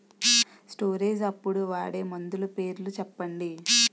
Storage అప్పుడు వాడే మందులు పేర్లు చెప్పండీ?